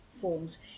forms